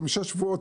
חמישה שבועות,